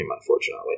unfortunately